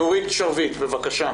נורית שרביט, בבקשה.